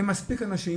יהיו מספיק אנשים.